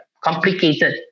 complicated